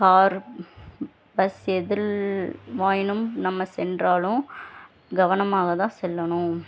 car bus எதுல் வாயினும் நம்ம சென்றாலும் கவனமாக தான் செல்லணும்